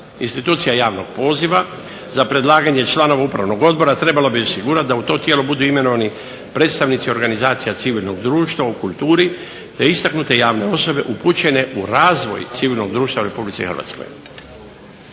Institucija javnog poziva za predlaganje članova upravnog odbora trebala bi osigurati da u to tijelo budu imenovani predstavnici organizacija civilnog društva u kulturi, te istaknute javne osobe upućene u razvoj civilnog društva u Republici Hrvatskoj.